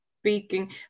speaking